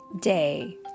day